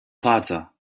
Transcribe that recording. plaza